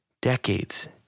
decades